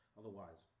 otherwise